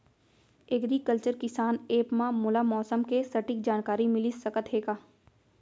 Agriculture किसान app मा मोला मौसम के सटीक जानकारी मिलिस सकत हे का?